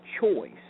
choice